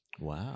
Wow